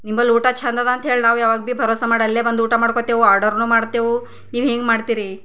ನಿಮ್ಮಲ್ಲಿ ಊಟ ಚಂದದ ಅಂತ್ಹೇಳಿ ನಾವು ಯಾವಾಗ ಭೀ ಭರೋಸಾ ಮಾಡಿ ಅಲ್ಲೇ ಬಂದು ಊಟ ಮಾಡ್ಕೋತೇವು ಆರ್ಡರನ್ನು ಮಾಡ್ತೆವು ನೀವು ಹಿಂಗೆ ಮಾಡ್ತಿರ್ರೀ